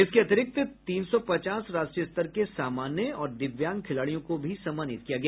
इसके अतिरिक्त तीन सौ पचास राष्ट्रीय स्तर के सामान्य और दिव्यांग खिलाड़ियों को भी सम्मानित किया गया